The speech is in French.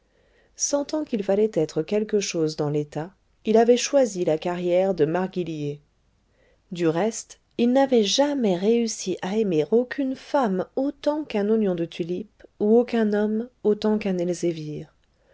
sentant qu'il fallait être quelque chose dans l'état il avait choisi la carrière de marguillier du reste il n'avait jamais réussi à aimer aucune femme autant qu'un oignon de tulipe ou aucun homme autant qu'un elzevir